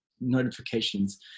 notifications